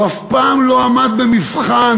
הוא אף פעם לא עמד במבחן,